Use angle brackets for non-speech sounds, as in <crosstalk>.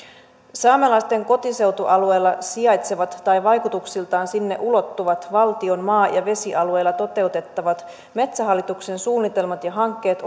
saamelaisten kotiseutualueella sijaitsevat tai vaikutuksiltaan sinne ulottuvat valtion maa ja vesialueilla toteutettavat metsähallituksen suunnitelmat ja hankkeet <unintelligible>